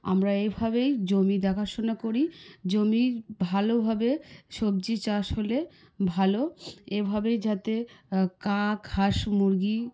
আমরা এভাবেই জমি দেখাশুনা করি জমি ভালোভাবে সবজি চাষ হলে ভালো এভাবেই যাতে কাক হাঁস মুরগী